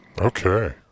okay